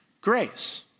grace